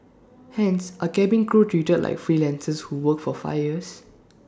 hence are cabin crew treated like freelancers who work for five years